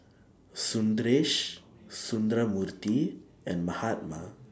Sundaresh Sundramoorthy and Mahatma